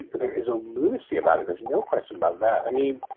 there is a lunacy about it. there's no question about that. i mean,